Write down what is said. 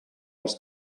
els